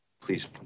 please